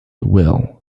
will